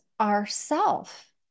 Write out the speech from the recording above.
ourself